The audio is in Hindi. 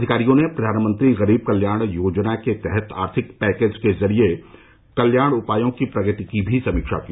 अधिकारियों ने प्रधानमंत्री गरीब कल्याण योजना के तहत आर्थिक राहत पैकेज के जरिए कल्याण उपायों की प्रगति की भी समीक्षा की